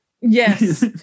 Yes